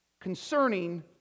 concerning